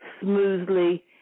smoothly